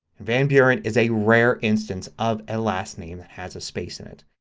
and van buren is a rare instance of a last name that has a space in it.